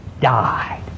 died